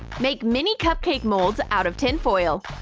make mini cupcake molds out of tinfoil.